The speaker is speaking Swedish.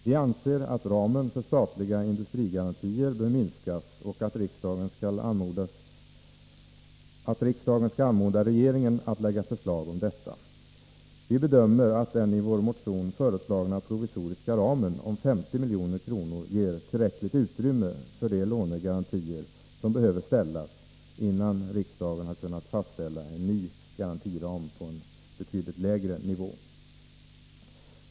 Vi anser att ramen för statliga industrigarantier bör minskas och att riksdagen skall anmoda regeringen att lägga fram förslag om detta. Vi bedömer att den i vår motion föreslagna provisoriska ramen om 50 milj.kr. ger tillräckligt utrymme för de lånegarantier som behöver ställas, innan riksdagen har kunnat fastställa en ny garantiram på en betydligt lägre nivå.